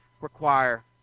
require